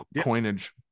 coinage